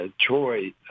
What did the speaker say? Troy